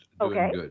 Okay